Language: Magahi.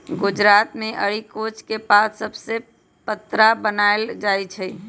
गुजरात मे अरिकोच के पात सभसे पत्रा बनाएल जाइ छइ